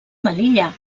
melilla